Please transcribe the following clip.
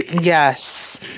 yes